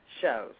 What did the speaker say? shows